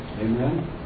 Amen